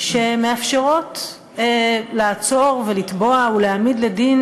שמאפשרות לעצור ולתבוע ולהעמיד לדין